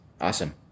Awesome